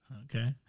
Okay